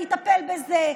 אני אטפל בזה.